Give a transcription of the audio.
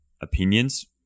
opinions